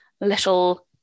little